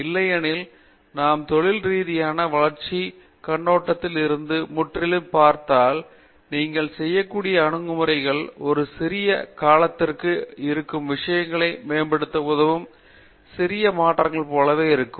இல்லையெனில் நாம் தொழில் ரீதியான வளர்ச்சி கண்ணோட்டத்தில் இருந்து முற்றிலும் பார்த்தால் நீங்கள் செய்யக்கூடிய அணுகுமுறைகளை ஒரு சிறிய காலத்திற்குள் இருக்கும் விஷயங்களை மேம்படுத்த உதவும் சிறிய மாற்றங்களைப் போலவே இருக்கும்